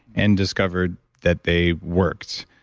and discovered that they worked.